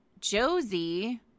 Josie